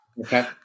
Okay